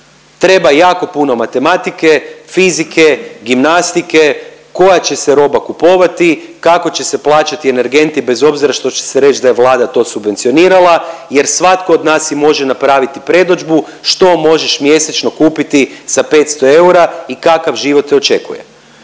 Treba jako puno matematike, fizike, gimnastike, koja će se roba kupovati, kako će se plaćati energenti bez obzira što će se reći da je Vlada to subvencionirala jer svatko od nas si može napraviti predodžbu što možeš mjesečno kupiti sa 500 eura i kakav život te očekuje.